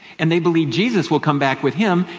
and they believe jesus will come back with him,